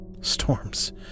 Storms